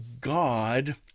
God